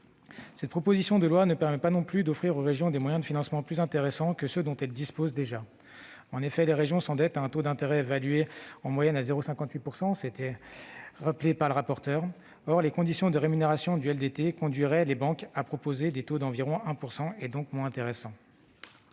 cette lacune. Le texte ne permet pas non plus d'offrir aux régions des moyens de financement plus intéressants que ceux dont elles disposent déjà. En effet, les régions s'endettent à un taux d'intérêt évalué, en moyenne, à 0,58 %. Or les conditions de rémunération du LDT conduiraient les banques à proposer des taux d'environ 1 %, et donc moins intéressants.